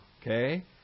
Okay